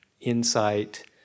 insight